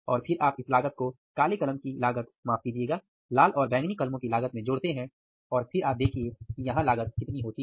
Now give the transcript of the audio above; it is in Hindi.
और फिर आप इस लागत को काले कलम की लागत माफ कीजिएगा लाल और बैगनी कलमों की लागत में जोड़ते हैं और फिर आप देखिए कि यहां लागत कितनी होती है